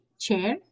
Chair